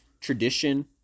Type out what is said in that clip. tradition